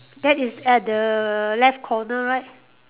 that is at the left corner right